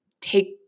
take